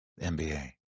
nba